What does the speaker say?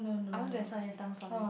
I want to have samgyetang sorry